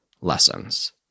lessons